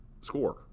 score